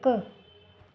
हिकु